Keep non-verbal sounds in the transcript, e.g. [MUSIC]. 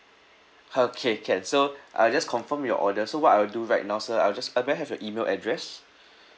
okay can so I just confirm your order so what I'll do right now sir I will just uh may I have your email address [BREATH]